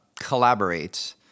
collaborate